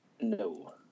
No